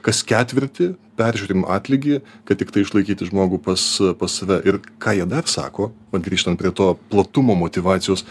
kas ketvirtį peržiūrim atlygį kad tiktai išlaikyti žmogų pas pas save ir ką jie dar sako va grįžtant prie to platumo motyvacijos